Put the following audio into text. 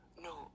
No